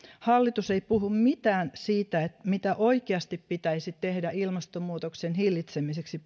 hallitus ei puhu mitään siitä mitä oikeasti pitäisi tehdä ilmastonmuutoksen hillitsemiseksi